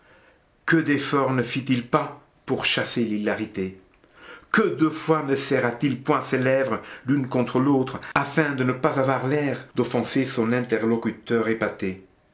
que d'efforts ne fit-il pas pour chasser l'hilarité que de fois ne serra t il point ses lèvres l'une contre l'autre afin de ne pas avoir l'air d'offenser son interlocuteur épaté